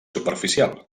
superficial